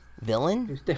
villain